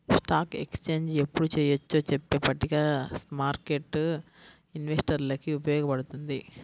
stock exchange ఎప్పుడు చెయ్యొచ్చో చెప్పే పట్టిక స్మార్కెట్టు ఇన్వెస్టర్లకి ఉపయోగపడుతుంది